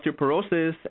osteoporosis